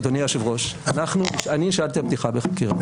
אדוני היושב-ראש, אני שאלתי על פתיחה בחקירה.